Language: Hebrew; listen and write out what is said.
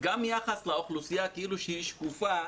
גם ליחס לאוכלוסייה שהיא שקופה,